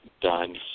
done